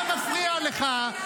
נתוני אמת.